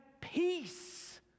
peace